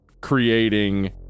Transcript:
creating